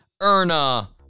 Erna